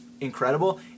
incredible